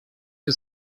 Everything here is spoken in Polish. się